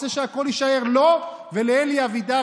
רוצה שהכול יישאר לו ולאלי אבידר,